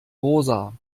rosa